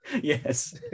Yes